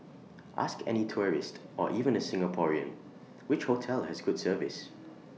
ask any tourist or even A Singaporean which hotel has good service